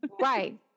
Right